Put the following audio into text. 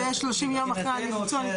שיהיה 30 יום אחרי?